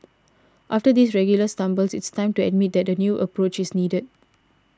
after these regular stumbles it's time to admit that a new approach is needed